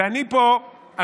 ואני פה,